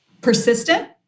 Persistent